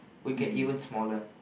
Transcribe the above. we'll get even smaller